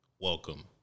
welcome